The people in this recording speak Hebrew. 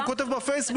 הוא כותב בפייסבוק,